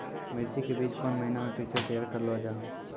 मिर्ची के बीज कौन महीना मे पिक्चर तैयार करऽ लो जा?